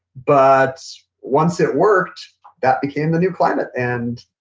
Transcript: but once it worked that became the new climate. and